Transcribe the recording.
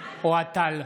אוהד טל,